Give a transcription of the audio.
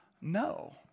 No